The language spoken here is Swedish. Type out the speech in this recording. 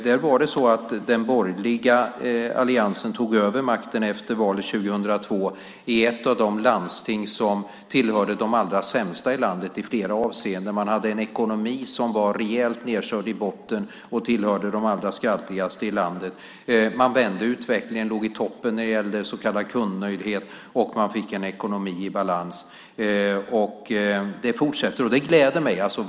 Där var det så att den borgerliga alliansen tog över makten efter valet 2002 i ett av de landsting som var bland de allra sämsta i landet i flera avseenden. Man hade en ekonomi som var rejält nedkörd i botten och var en av de allra skraltigaste i landet. Man vände utvecklingen, låg i topp när det gäller så kallad kundnöjdhet och man fick en ekonomi i balans. Det fortsätter, och det gläder mig.